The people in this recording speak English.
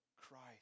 Christ